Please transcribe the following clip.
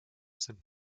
sind